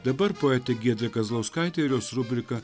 dabar poetė giedrė kazlauskaitė ir jos rubrika